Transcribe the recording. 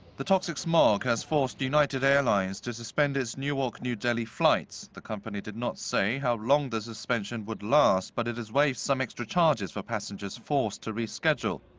the toxic smog has forced united airlines to suspend its newark-new delhi flights. the company did not say how long the suspension would last, but it has waived some extra charges for passengers forced to reschedule.